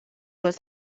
was